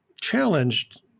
challenged